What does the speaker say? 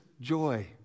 joy